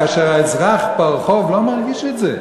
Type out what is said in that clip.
כאשר האזרח ברחוב לא מרגיש את זה?